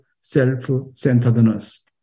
self-centeredness